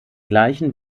gleichen